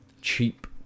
cheap